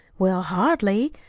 well, hardly.